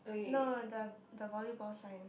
no the the volleyball sign